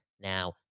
now